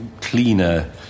cleaner